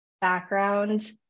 background